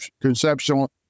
conceptual